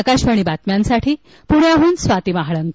आकाशवाणी बातम्यांसाठी पृण्याहन स्वाती महाळंक